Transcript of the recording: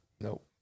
Nope